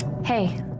Hey